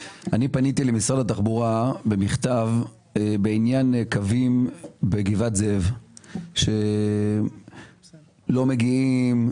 אני פניתי למשרד התחבורה במכתב בעניין קווים בגבעת זאב שלא מגיעים,